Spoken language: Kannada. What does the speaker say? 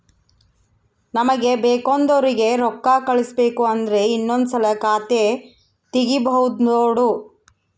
ನಮಗೆ ಬೇಕೆಂದೋರಿಗೆ ರೋಕ್ಕಾ ಕಳಿಸಬೇಕು ಅಂದ್ರೆ ಇನ್ನೊಂದ್ಸಲ ಖಾತೆ ತಿಗಿಬಹ್ದ್ನೋಡು